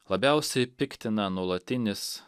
labiausiai piktina nuolatinis